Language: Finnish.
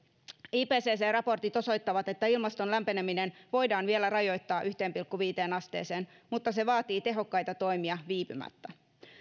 ipcc raportit osoittavat että ilmaston lämpeneminen voidaan vielä rajoittaa yhteen pilkku viiteen asteeseen mutta se vaatii tehokkaita toimia viipymättä